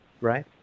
Right